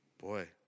boy